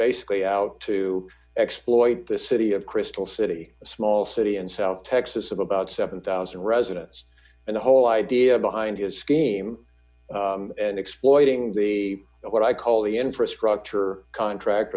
basically out to exploit the city of crystal city a small city in south texas of about seven thousand residents and the whole idea behind his scheme and exploiting the what i call the infrastructure contract